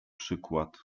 przykład